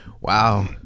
Wow